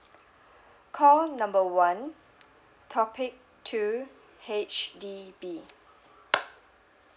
call number one topic two H_D_B